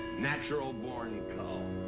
natural born cull.